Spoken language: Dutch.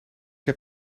heb